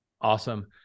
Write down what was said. Awesome